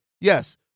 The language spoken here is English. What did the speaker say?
Yes